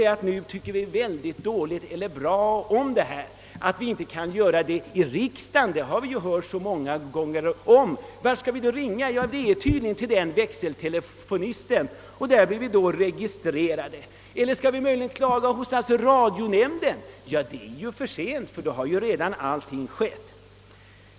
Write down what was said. Att det inte är någon mening med att ta upp sådana frågor i riksdagen, har vi fått höra vid många tillfällen. Skall vi klaga hos radionämnden? Ja, men till den kan man bara vända sig i efterhand när allting är över.